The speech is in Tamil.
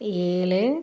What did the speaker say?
ஏழு